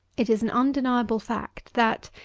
it is an undeniable fact, that,